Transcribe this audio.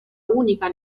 unica